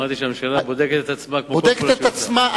אמרתי שהממשלה בודקת את עצמה, בודקת את עצמה.